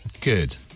Good